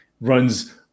runs